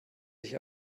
sich